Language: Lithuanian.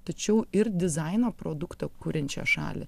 tačiau ir dizaino produktą kuriančią šalį